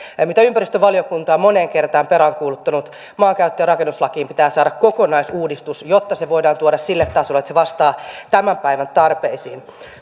mitä ympäristövaliokunta on moneen kertaan peräänkuuluttanut maankäyttö ja rakennuslakiin pitää saada kokonaisuudistus jotta se voidaan tuoda sille tasolle että se vastaa tämän päivän tarpeisiin